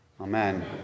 Amen